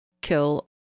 kill